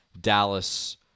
Dallas